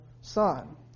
son